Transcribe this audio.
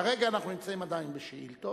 כרגע אנחנו נמצאים עדיין בשאילתות,